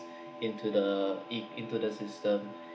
into the it into the system